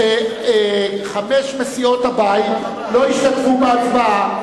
חמש מסיעות הבית לא השתתפו בהצבעה,